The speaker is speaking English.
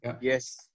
Yes